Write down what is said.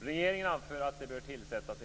Regeringen anför att en utredning bör tillsättas